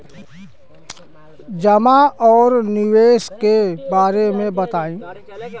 जमा और निवेश के बारे मे बतायी?